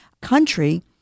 country